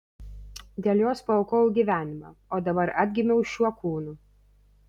dėl jos paaukojau gyvenimą o dabar atgimiau šiuo kūnu